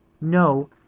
No